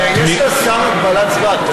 יש לשר מגבלת זמן?